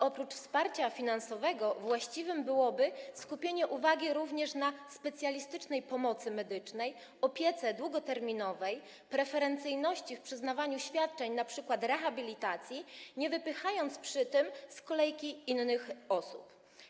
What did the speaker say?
Oprócz wsparcia finansowego właściwe byłoby skupienie uwagi również na specjalistycznej pomocy medycznej, opiece długoterminowej, preferencyjności w przyznawaniu świadczeń, np. rehabilitacji, niewypychaniu przy tym z kolejki innych osób.